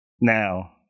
Now